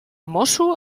mosso